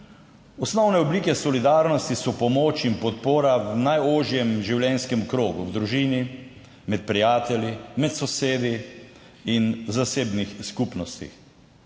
Osnovne oblike solidarnosti so pomoč in podpora v najožjem življenjskem krogu, v družini, med prijatelji, med sosedi in v zasebnih skupnostih.